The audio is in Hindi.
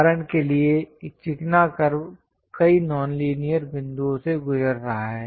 उदाहरण के लिए एक चिकना कर्व कई नॉन कोलिनियर बिंदुओं से गुजर रहा है